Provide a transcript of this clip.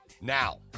Now